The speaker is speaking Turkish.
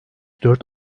dört